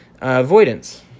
avoidance